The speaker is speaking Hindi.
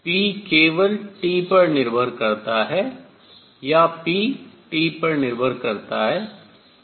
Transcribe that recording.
p केवल T पर निर्भर करता है या p T पर निर्भर करता है